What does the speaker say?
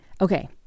Okay